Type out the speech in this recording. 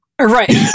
Right